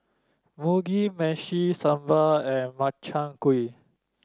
Mugi Meshi Sambar and Makchang Gui